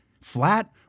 flat